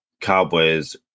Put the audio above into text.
Cowboys